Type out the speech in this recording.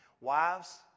Wives